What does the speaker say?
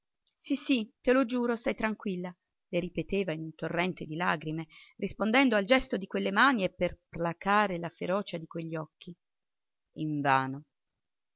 sì sì te lo giuro stai tranquilla le ripeteva in un torrente di lagrime rispondendo al gesto di quelle mani e per placare la ferocia di quegli occhi invano